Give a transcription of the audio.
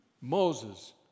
Moses